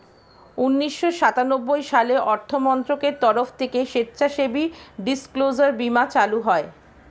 উন্নিশো সাতানব্বই সালে অর্থমন্ত্রকের তরফ থেকে স্বেচ্ছাসেবী ডিসক্লোজার বীমা চালু হয়